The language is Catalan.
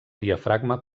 diafragma